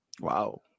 Wow